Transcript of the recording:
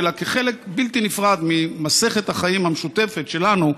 אלא כחלק בלתי נפרד ממסכת החיים המשותפת שלנו,